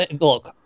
Look